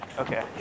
Okay